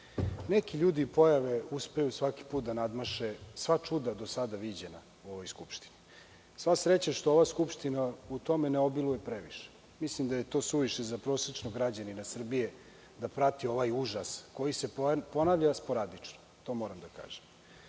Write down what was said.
Neki ljudi i pojave uspeju svaki put da nadmaše sva čuda do sada viđena u ovoj skupštini. Sva je sreća što ova skupština u tome ne obiluje previše. Mislim da je to suviše za prosečnog građanina Srbije da prati ovaj užas koji se ponavlja sporadično. Ono što je